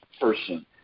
person